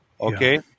Okay